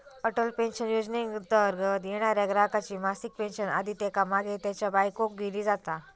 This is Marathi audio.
अटल पेन्शन योजनेंतर्गत येणाऱ्या ग्राहकाची मासिक पेन्शन आधी त्येका मागे त्येच्या बायकोक दिली जाता